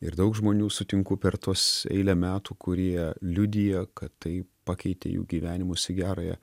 ir daug žmonių sutinku per tuos eilę metų kurie liudija kad tai pakeitė jų gyvenimus į gerąją